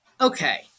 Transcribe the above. Okay